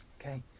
Okay